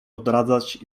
odradzać